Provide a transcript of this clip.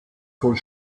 von